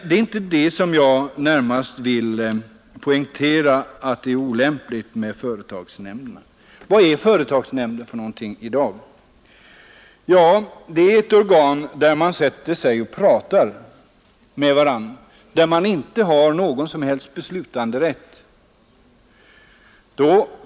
Det är emellertid inte bara därför det är olämpligt att göra företagsnämnderna till huvudmän för företagshälsovården. Vad är företagsnämnden i dag? Jo, det är ett organ där man sätter sig ned och pratar med varandra men där man inte har någon som helst beslutanderätt.